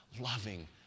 loving